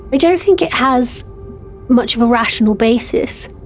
but don't think it has much of a rational basis.